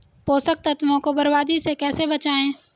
पोषक तत्वों को बर्बादी से कैसे बचाएं?